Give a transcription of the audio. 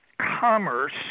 commerce